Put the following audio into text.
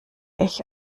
ich